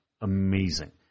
amazing